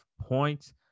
points